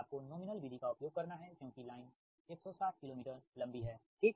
आपको नॉमिनल विधि का उपयोग करना है क्योंकि लाइन 160 किलो मीटर लंबी हैठीक